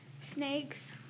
snakes